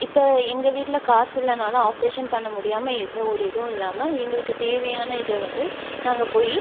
இப்போ எங்கள் வீட்டில் காசு இல்லைனாலும் ஆப்ரேஷன் பண்ண முடியாமல் எந்த ஒரு இதுவும் இல்லாமல் எங்களுக்கு தேவையான இதை வந்து நாங்கள் போய்